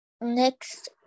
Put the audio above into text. Next